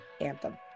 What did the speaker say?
anthem